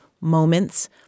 moments